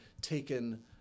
taken